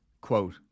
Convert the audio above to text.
quote